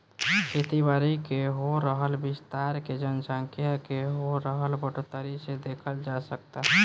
खेती बारी के हो रहल विस्तार के जनसँख्या के हो रहल बढ़ोतरी से देखल जा सकऽता